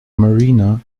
marina